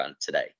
today